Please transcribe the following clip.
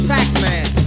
Pac-Man